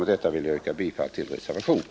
Med detta yrkar jag bifall till reservationen.